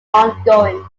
ongoing